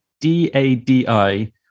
d-a-d-i